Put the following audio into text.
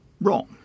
wrong